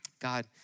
God